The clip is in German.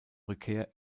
rückkehr